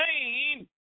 name